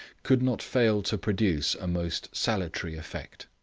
could not fail to produce a most salutary effect,